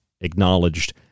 acknowledged